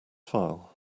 file